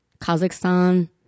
kazakhstan